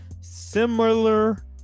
similar